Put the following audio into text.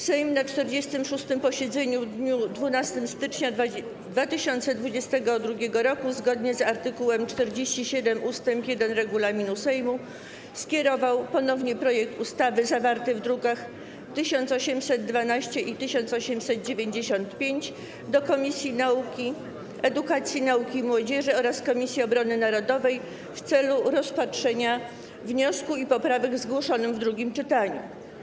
Sejm na 46. posiedzeniu w dniu 12 stycznia 2022 r., zgodnie z art. 47 ust. 1 regulaminu Sejmu, skierował ponownie projekt ustawy zawarty w drukach nr 1812 i 1895 do Komisji Edukacji, Nauki i Młodzieży oraz Komisji Obrony Narodowej w celu rozpatrzenia wniosku i poprawek zgłoszonych w drugim czytaniu.